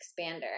expander